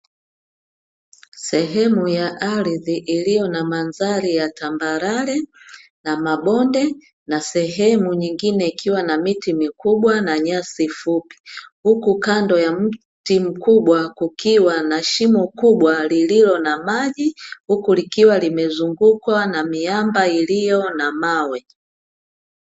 Sehemu ya ardhi iliyo na mandhari ya tambarare na mabonde, na sehemu nyingine ikiwa na miti mikubwa na nyasi fupi, huku kando ya mti mkubwa kukiwa na shimo kubwa lililo na maji, huku likiwa limezungukwa na miamba iliyo na mawe.